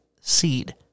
seed